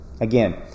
again